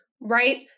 right